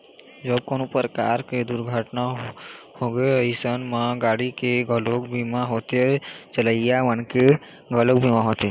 जब कोनो परकार के दुरघटना होगे अइसन म गाड़ी के घलोक बीमा होथे, चलइया मनखे के घलोक बीमा होथे